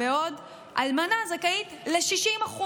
בעוד אלמנה זכאית ל-60%.